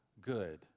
good